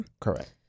Correct